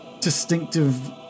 distinctive